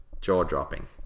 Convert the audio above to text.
jaw-dropping